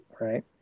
right